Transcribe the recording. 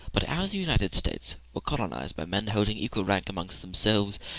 but as the united states were colonized by men holding equal rank amongst themselves,